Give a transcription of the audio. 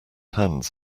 hands